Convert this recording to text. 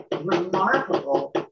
remarkable